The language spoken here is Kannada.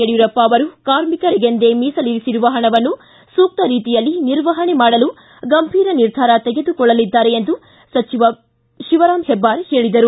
ಯಡಿಯೂರಪ್ಪ ಅವರು ಕಾರ್ಮಿಕರಿಗೆಂದು ಮೀಸಲಿರಿಸಿರುವ ಹಣವನ್ನು ಸೂಕ್ತ ರೀತಿಯಲ್ಲಿ ನಿರ್ವಹಣೆ ಮಾಡಲು ಗಂಭೀರ ನಿರ್ಧಾರ ತೆಗೆದುಕೊಳ್ಳಲಿದ್ದಾರೆ ಎಂದು ಸಚಿವ ಶಿವರಾಮ್ ಹೆಬ್ಬಾರ್ ಹೇಳಿದರು